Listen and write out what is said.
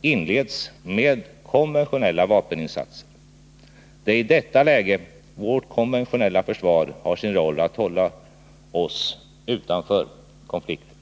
inleds med konventionella vapeninsatser. Det är i detta läge vårt konventionella försvar har sin roll att hålla oss utanför konflikten.